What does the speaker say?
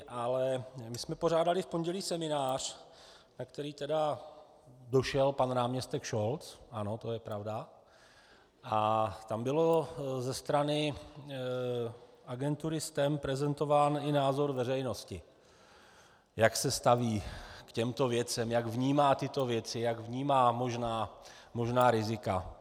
Ale my jsme pořádali v pondělí seminář, na který tedy došel pan náměstek Šolc, ano, to je pravda, a tam byl ze strany agentury STEM prezentován i názor veřejnosti, jak se staví k těmto věcem, jak vnímá tyto věci, jak vnímá možná rizika.